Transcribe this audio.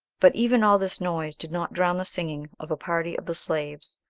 but even all this noise did not drown the singing of a party of the slaves,